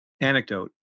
Anecdote